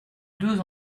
deux